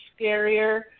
scarier